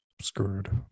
screwed